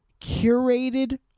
curated